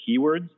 keywords